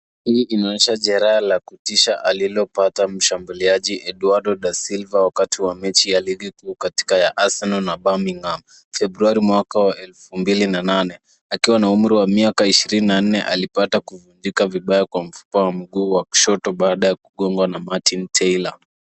"Hili linaonyesha jeraha la kutisha alilolipata mshambuliaji Eduardo da Silva wakati wa mechi ya Ligi Kuu kati ya Arsenal na Birmingham, Februari 2008. Akiwa na umri wa miaka 24, alipata kuvunjika vibaya kwa mfupa wa mguu wa kushoto baada ya kugongwa na Martin Taylor.